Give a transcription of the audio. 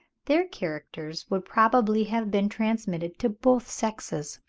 their characters would probably have been transmitted to both sexes.